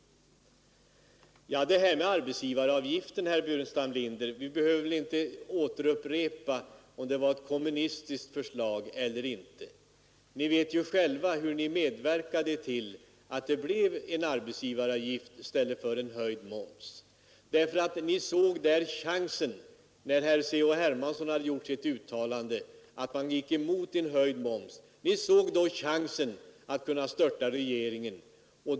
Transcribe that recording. Beträffande arbetsgivargiften, herr Burenstam Linder, behöver vi väl inte åter diskutera om det var ett kommunistiskt förslag eller inte. Ni vet själva hur ni medverkade till att det blev en arbetsgivaravgift i stället för en höjd moms. Ni såg chansen, när herr Hermansson gjorde sitt uttalande om att kommunisterna gick emot en höjd moms, att kunna störta regeringen.